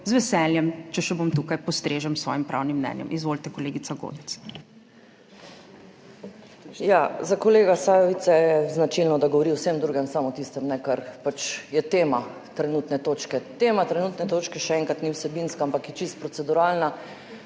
z veseljem, če še bom tukaj, postrežem s svojim pravnim mnenjem. Izvolite, kolegica Godec. JELKA GODEC (PS SDS): Ja, za kolega Sajovica je značilno, da govori o vsem drugem, samo o tistem ne, kar pač je tema trenutne točke. Tema trenutne točke, še enkrat, ni vsebinska, ampak je čisto proceduralna